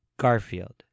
Garfield